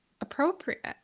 appropriate